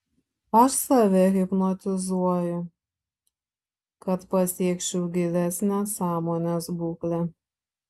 aš save hipnotizuoju kad pasiekčiau gilesnę sąmonės būklę